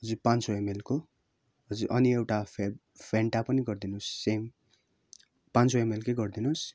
जु पाँच सय एमएलको हजु अनि एउटा फे फेन्टा पनि गरदिनुहोस् सेम पाँच सय एमएलकै गरिदिनुहोस्